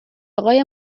اقای